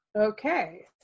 okay